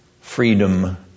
freedom